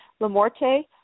LaMorte